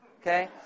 Okay